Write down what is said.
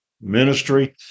ministry